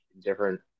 different